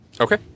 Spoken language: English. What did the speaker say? Okay